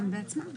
למה צריך חצי שנה?